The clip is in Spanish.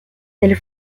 del